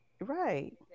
Right